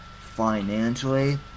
financially